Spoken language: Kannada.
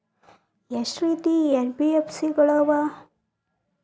ಎಷ್ಟ ರೇತಿ ಎನ್.ಬಿ.ಎಫ್.ಸಿ ಗಳ ಅವ?